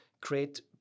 create